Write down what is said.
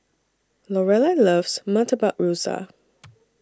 Lorelai loves Murtabak Rusa